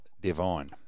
divine